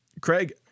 craig